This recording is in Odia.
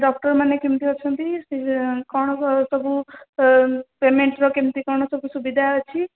ଡକ୍ଟର୍ ମାନେ କେମିତି ଅଛନ୍ତି ସିଏ କ'ଣ ସବୁ ପେମେଣ୍ଟର କେମିତି କ'ଣ ସବୁ ସୁବିଧା ଅଛି